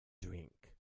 drink